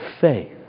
Faith